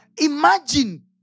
Imagine